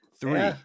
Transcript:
Three